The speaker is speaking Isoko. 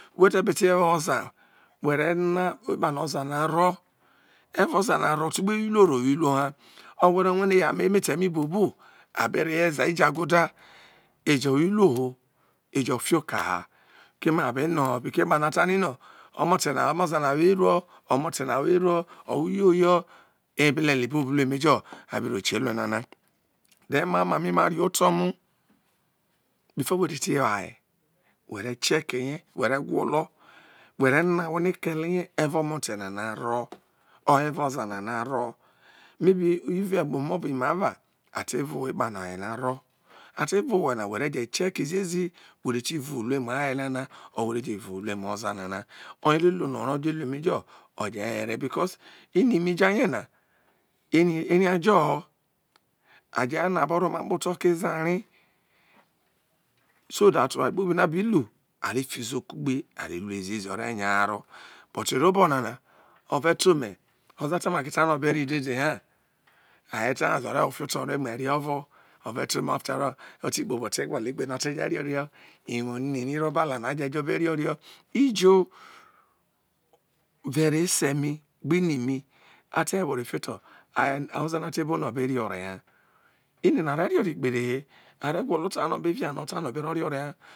We̱ ta̱ be te wo oze were no̱ ekpano oza na oro e̱ve̱ o̱zano ro otu egbe wo iruo ohwo iruo ha ony we ro rue̱ no̱ eya mi emete mi gbe reho oza ija guda ejo̱ wo̱ irao ejo̱ fio oke ha keme abe ta inino omo za we̱ eru o̱ omote na wo eruo̱ o̱ wo eyoyo o̱ abi lu cemejo abi ro je cuo onana the mai oma mi ma rioto mu before we te ti wo aye ware check ye̱ we re no̱ ahwo keve e̱ve̱ omote nana ro e̱ve̱ omovo gbe ima ra ate ruo we̱ epano ayenana re a te vuo we na were je check ziezi were ti vuhu aye na mu were je vuhu uremu o̱zorana ere are lu no̱ ore̱ oje were because ini mi ja yena eve a jo ho a je ha na be ro ma kpoto ke̱ eza ri so that oware kpobi no̱ a bi lu ar lue zrezi are̱ re̱ nya haro but ero obo na na o̱za te make ta no abe re ho aye te nya o̱ve̱ wo fio oto̱ ove mu e̱re o̱ve̱ ta no iwo ri ro obo obo ala no a re je re oro ijo rere ese mi ini ata wore fio to oza na obe re ore ini na are re gbere he ini na re gwolo oto oware no o̱ro̱ ta no obe re ho